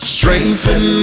Strengthen